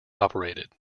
operated